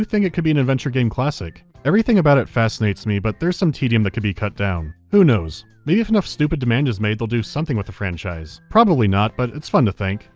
it could be an adventure game classic. everything about it fascinates me, but there's some tedium that could be cut down. who knows, maybe if enough stupid demand is made, they'll do something with the franchise. probably not, but it's fun to think.